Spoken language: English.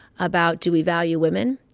about do we value women.